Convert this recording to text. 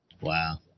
Wow